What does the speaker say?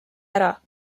ära